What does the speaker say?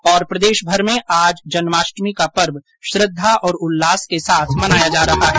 ्रदेशभर में आज जन्माष्टमी का पर्व श्रद्धा और उल्लास के साथ मनाया जा रहा है